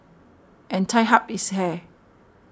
and tied up his hair